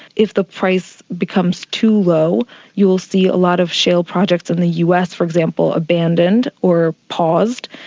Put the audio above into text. if the price becomes too low you will see a lot of shale projects in the us for example abandoned or paused,